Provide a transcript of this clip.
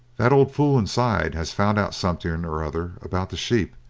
that old fool inside has found out something or other about the sheep,